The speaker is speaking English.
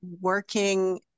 working